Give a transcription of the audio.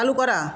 চালু করা